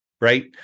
right